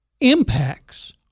impacts